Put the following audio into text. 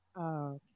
Okay